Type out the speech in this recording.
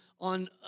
on